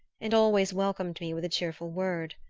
and always welcomed me with a cheerful word.